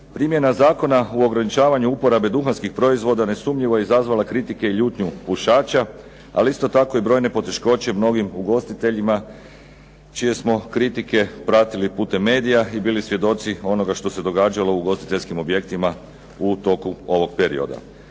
Primjena zakona u ograničavanju uporabe duhanskih proizvoda nesumnjivo je izazvala kritike i ljutnju pušača, ali isto tako i brojne poteškoće mnogim ugostiteljima čije smo kritike pratili putem medija i bili svjedoci onoga što se događalo u ugostiteljskim objektima u toku ovog perioda.